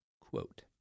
Quote